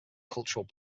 cultural